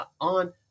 on